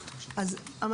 אני חושב כמוך.